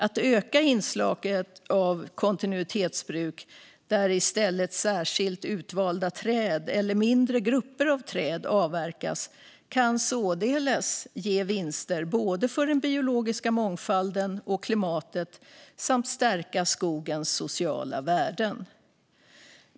Att öka inslaget av kontinuitetsskogsbruk där i stället särskilt utvalda träd eller mindre grupper av träd avverkas kan således ge vinster både för den biologiska mångfalden och för klimatet samt stärka skogens sociala värden.